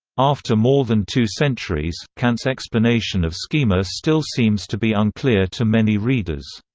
after more than two centuries, kant's explanation of schema still seems to be unclear to many readers.